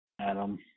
Adam